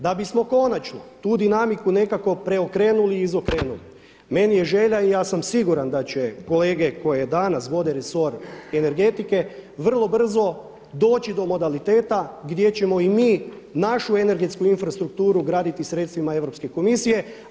Da bismo konačno tu dinamiku nekako preokrenuli i izokrenuli meni je želja i ja sam siguran da će kolege koje danas vode resor energetike vrlo brzo doći do modaliteta gdje ćemo i mi našu energetsku infrastrukturu graditi sredstvima Europske komisije.